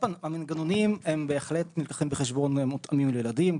המנגנונים בהחלט נלקחים בחשבון ומותאמים לילדים,